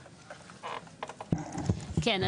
כן.